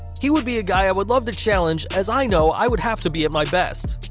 he would be a guy i would love to challenge as i know i would have to be at my best